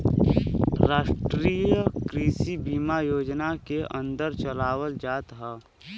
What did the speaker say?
राष्ट्रीय कृषि बीमा योजना के अन्दर चलावल जात हौ